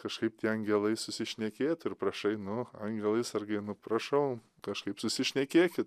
kažkaip tie angelai susišnekėtų ir prašai nu angelai sargai nu prašau kažkaip susišnekėki